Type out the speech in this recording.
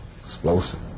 explosive